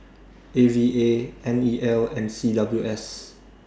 A V A N E L and C W S